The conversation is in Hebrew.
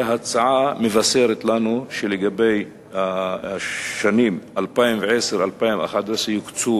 וההצעה מבשרת לנו שלגבי השנים 2010 2011 יוקצו